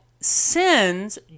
sends